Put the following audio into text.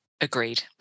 Agreed